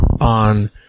on